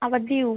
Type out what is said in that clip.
আবার দিউ